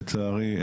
לצערי,